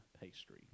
pastry